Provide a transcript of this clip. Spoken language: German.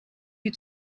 die